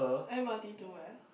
m_r_t to where